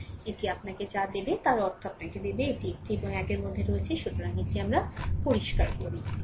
সুতরাং এটি আপনাকে যা দেবে তার অর্থ আপনাকে দেবে এটি একটি এবং এটি একের মধ্যে রয়েছে সুতরাং আমাকে এটি পরিষ্কার করুন